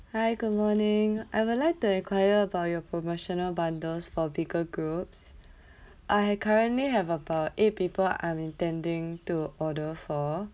hi good morning I would like to enquire about your promotional bundles for bigger groups I currently have about eight people I'm intending to order for